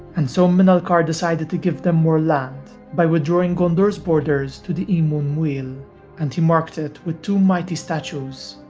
and so minalcar decided to give them more land by withdrawing gondor's borders to the emyn muil and he marked it with two mighty statues,